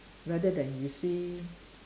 rather than you see